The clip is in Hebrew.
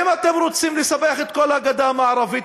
אם אתם רוצים לספח את כל הגדה המערבית,